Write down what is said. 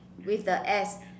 with the s